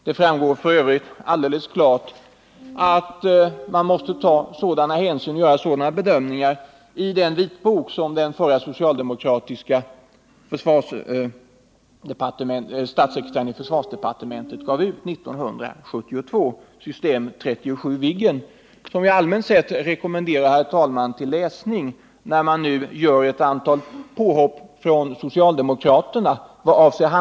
Det framgår f. ö. alldeles klart att man måste ta sådana hänsyn och göra sådana bedömningar i den vitbok som den förre socialdemokratiske statssekreteraren i försvarsdepartementet gav ut 1972, System 37 Viggen. Den rekommenderar jag rent allmänt sett till läsning, herr talman, eftersom socialdemokraterna nu gör ett antal påhopp vad avser handläggningen av B3LA-projektet.